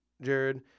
Jared